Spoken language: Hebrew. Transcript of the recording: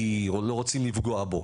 כי או לא רוצים לפגוע בו,